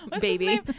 Baby